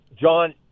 John